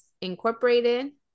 Incorporated